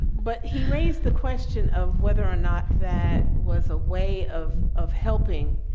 but he raised the question of whether or not that was a way of, of helping.